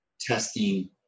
testing